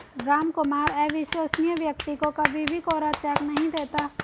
रामकुमार अविश्वसनीय व्यक्ति को कभी भी कोरा चेक नहीं देता